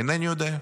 אינני יודע.